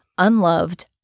unloved